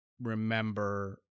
Remember